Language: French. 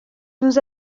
nous